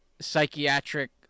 psychiatric